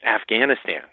Afghanistan